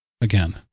again